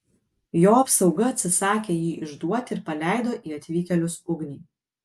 jo apsauga atsisakė jį išduoti ir paleido į atvykėlius ugnį